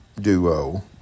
duo